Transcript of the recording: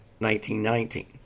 1919